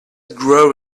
grow